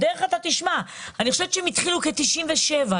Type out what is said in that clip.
אני חושבת שהם התחילו כ-97,